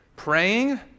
Praying